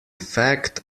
fact